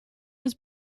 was